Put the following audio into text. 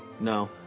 No